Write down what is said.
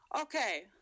Okay